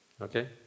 okay